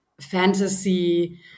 fantasy